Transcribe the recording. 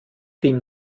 dem